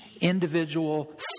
individual